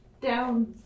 down